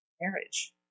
marriage